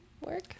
work